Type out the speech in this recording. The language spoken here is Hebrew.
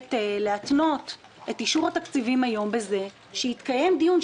מבקשת להתנות את אישור התקציבים היום בזה שיתקיים דיון,